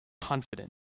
confident